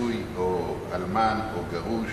נשוי או אלמן או גרוש,